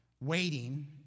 waiting